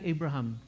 Abraham